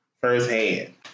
firsthand